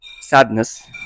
Sadness